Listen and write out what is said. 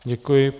Děkuji.